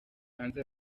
hanze